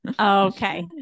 Okay